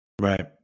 Right